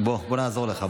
אני אחשוב על זה בדרך.